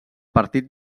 partit